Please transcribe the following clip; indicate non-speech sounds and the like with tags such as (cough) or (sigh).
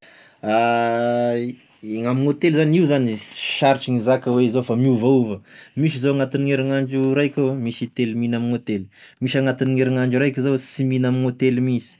(hesitation) I gn'ame hotely zany, io zany izy sarotry gn'hizaka hoe zao fa miovaova, misy zao agnatign'herindro raiky aho misy intelo mihina amin'hotely, misy agnatin'herinandro araiky zaho sy mihina amin'hotely mihinsy,